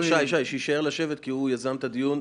יש משמעויות בחינוך, במצ'ינג.